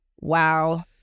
Wow